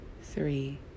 three